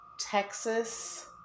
Texas